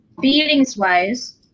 Feelings-wise